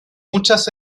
muchas